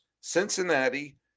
Cincinnati